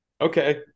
Okay